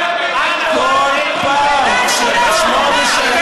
כל פעם, בשמונה השנים